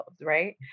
right